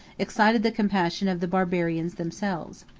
excited the compassion of the barbarians themselves.